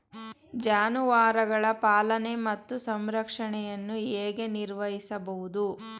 ಜಾನುವಾರುಗಳ ಪಾಲನೆ ಮತ್ತು ಸಂರಕ್ಷಣೆಯನ್ನು ಹೇಗೆ ನಿರ್ವಹಿಸಬಹುದು?